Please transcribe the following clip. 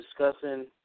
discussing